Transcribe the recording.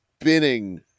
spinning